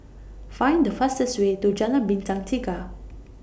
Find The fastest Way to Jalan Bintang Tiga